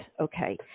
Okay